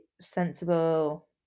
sensible